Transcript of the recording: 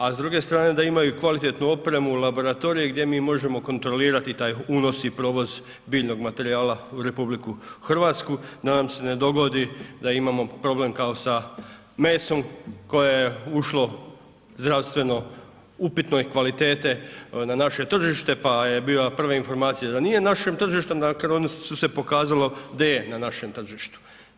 A s druge strane da imaju i kvalitetnu opremu, laboratorije gdje mi možemo kontrolirati taj unos i provoz biljnog materijala u RH, da nam se ne dogodi da imamo problem kao sa mesom koje je ušlo zdravstveno upitne kvalitete na naše tržište pa su bile prve informacije da nije na našem tržištu makar onda se je pokazalo da je na našem tržištu.